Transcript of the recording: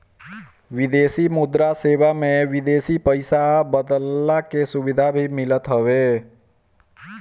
विदेशी मुद्रा सेवा में विदेशी पईसा बदलला के सुविधा भी मिलत हवे